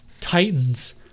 Titans